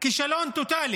כישלון טוטלי